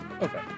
Okay